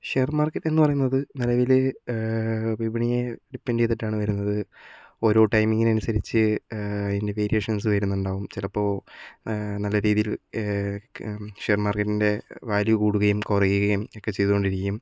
share market എന്നു പറയുന്നത് നിലവിലെ വിപണിയെ ഡിപ്പെൻ്റ് ചെയ്തിട്ടാണ് വരുന്നത് ഓരോ ടൈമിംഗിന് അനുസരിച്ച് ഇതിൻ്റെ വേരിയേഷൻസ് വരുന്നുണ്ടാകും ചിലപ്പോൾ നല്ല രീതിയിൽ ഷെയർ മാർക്കറ്റിൻ്റെ വാല്യു കൂടുകയും കുറയുകയും ഒക്കെ ചെയ്തുകൊണ്ടിരിക്കും